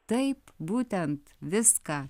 taip būtent viską